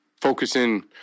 focusing